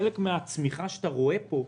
חלק מהצמיחה שרואים פה,